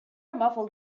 muffled